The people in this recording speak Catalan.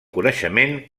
coneixement